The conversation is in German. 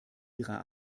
ihrer